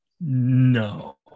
No